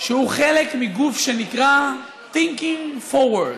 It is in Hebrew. שהוא חלק מגוף שנקרא Thinking Forward,